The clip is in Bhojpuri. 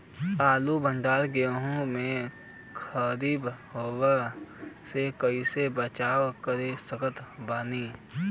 आलू भंडार गृह में खराब होवे से कइसे बचाव कर सकत बानी?